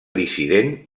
dissident